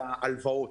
ההלוואות.